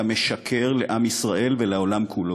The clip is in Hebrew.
אתה משקר לעם ישראל ולעולם כולו.